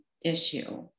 issue